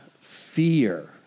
fear